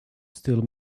still